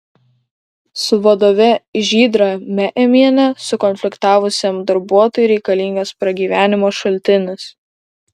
su vadove žydra meemiene sukonfliktavusiam darbuotojui reikalingas pragyvenimo šaltinis